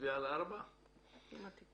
נצביע על סעיף 4. עם התיקון.